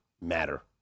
matter